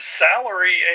salary